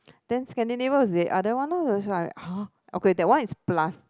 then Scandinavia was the other one lah it was like !huh! okay that one is plus